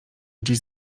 gdzieś